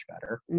better